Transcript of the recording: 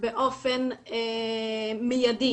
באופן מיידי